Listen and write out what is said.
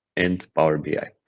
and power bi.